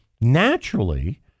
naturally